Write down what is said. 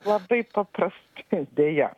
labai paprastai deja